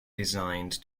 designed